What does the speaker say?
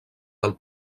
del